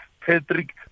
Patrick